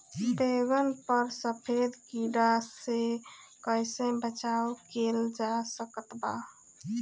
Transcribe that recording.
बैगन पर सफेद कीड़ा से कैसे बचाव कैल जा सकत बा?